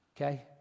okay